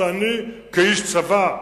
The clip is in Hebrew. שאני כאיש צבא,